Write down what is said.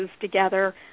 together